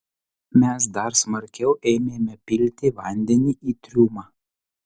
mes dar smarkiau ėmėme pilti vandenį į triumą